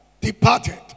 departed